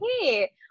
hey